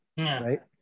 right